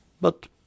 But